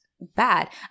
bad